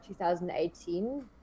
2018